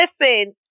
listen